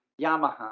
yamaha